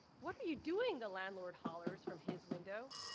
what are you doing the landlord hollers from his window.